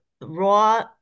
raw